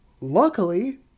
luckily